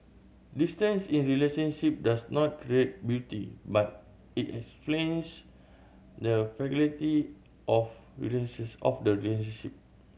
distance in relationship does not create beauty but it explains the fragility of of the relationship